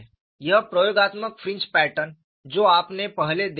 ये प्रयोगात्मक fringe pattern जो आपने पहले देखे थे